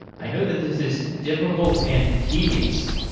i know that this is difficult and tedious.